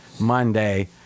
Monday